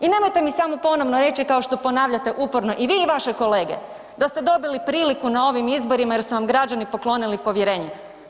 I nemojte mi samo ponovno reći kao što ponavljate uporno i vi i vaše kolege, da ste dobili priliku na ovim izborima jer su vam građani poklonili povjerenje.